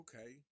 okay